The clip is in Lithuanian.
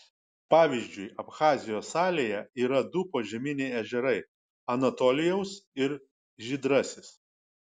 pavyzdžiui abchazijos salėje yra du požeminiai ežerai anatolijaus ir žydrasis